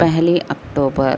پہلی اکٹوبر